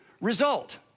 result